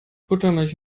buttermilch